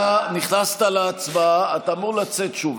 אתה נכנסת להצבעה, אתה אמור לצאת שוב.